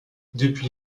depuis